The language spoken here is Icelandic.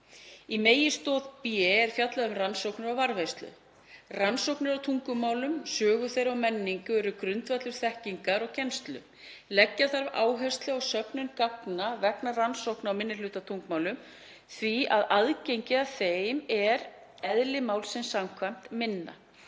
Í meginstoð b er fjallað um rannsóknir og varðveislu; rannsóknir á tungumálum, sögu þeirra og menningu eru grundvöllur þekkingar og kennslu. Leggja þarf áherslu á söfnun gagna vegna rannsókna á minnihlutatungumálum því að aðgengi að þeim er eðli málsins samkvæmt minna.